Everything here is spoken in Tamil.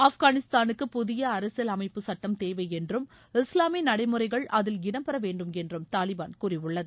ஆப்கானிஸ்தானுக்கு புதிய அரசியல் அமைப்பு சட்டம் தேவை என்றும் இஸ்லாமிய நடைமுறைகள் அதில் இடம்பெற வேண்டும் என்றும் தாலிபான் கூறியுள்ளது